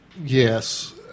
Yes